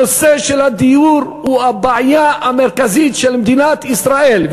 נושא הדיור הוא הבעיה המרכזית של מדינת ישראל,